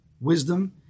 wisdom